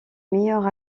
meilleurs